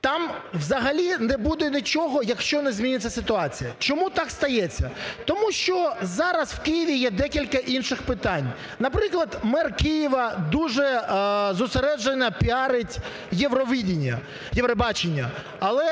там взагалі не буде нічого, якщо не зміниться ситуація. Чому так стається? Тому що зараз в Києві є декілька інших питань. Наприклад, мер Києва дуже зосереджено піарить "Євробачення". Але